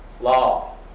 law